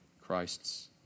Christ's